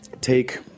Take